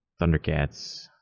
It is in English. Thundercats